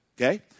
Okay